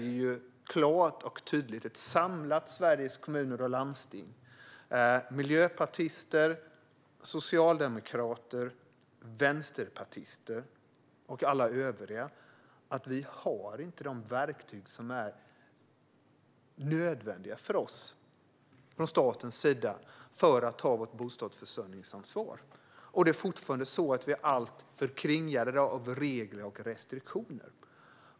Ett samlat Sveriges Kommuner och Landsting - miljöpartister, socialdemokrater, vänsterpartister och alla övriga - säger klart och tydligt att de inte har de nödvändiga statliga verktygen för att kunna ta sitt bostadsförsörjningsansvar och att de fortfarande är alltför kringgärdade av regler och restriktioner.